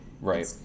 Right